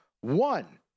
One